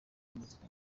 muzika